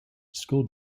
school